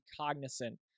cognizant